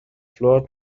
floor